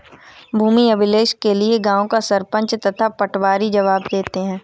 भूमि अभिलेख के लिए गांव का सरपंच तथा पटवारी जवाब देते हैं